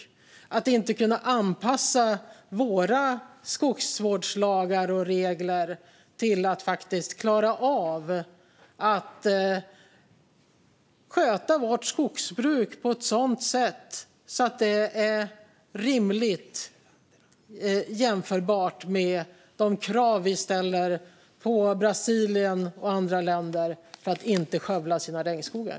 Tror vi inte att vi kan anpassa våra skogsvårdslagar och regler så att vi kan klara av att sköta vårt skogsbruk på ett sätt som är rimligt och jämförbart med de krav vi ställer på Brasilien och andra länder om att inte skövla sina regnskogar?